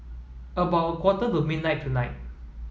about a quarter to midnight tonight